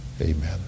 Amen